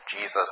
Jesus